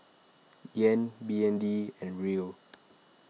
Yen B N D and Riel